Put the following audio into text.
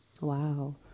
wow